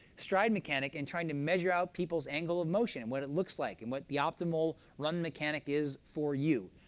stride mechanic and trying to measure out people's angle of motion and what it looks like and what the optimal run mechanic is for you.